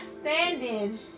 standing